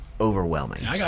overwhelming